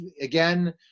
again